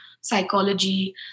psychology